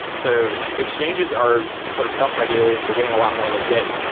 so exchanges are sort of self-regulating. they're getting a lot more legit.